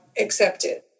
accepted